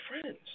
friends